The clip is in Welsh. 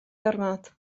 gormod